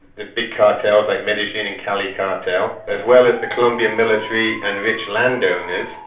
the big cartels like medellin and cali cartel, as well as the colombian military and rich landowners,